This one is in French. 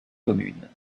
communes